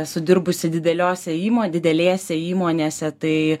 esu dirbusi dideliose įmo didelėse įmonėse tai